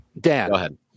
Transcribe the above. Dan